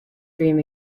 dream